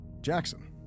Jackson